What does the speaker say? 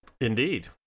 indeed